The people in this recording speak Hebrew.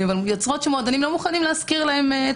יוצרות שמועדונים לא מוכנים להשכיר להם את